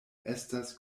estas